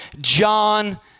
John